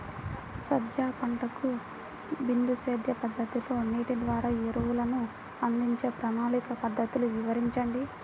సజ్జ పంటకు బిందు సేద్య పద్ధతిలో నీటి ద్వారా ఎరువులను అందించే ప్రణాళిక పద్ధతులు వివరించండి?